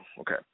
Okay